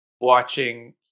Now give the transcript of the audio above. watching